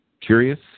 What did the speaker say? Curious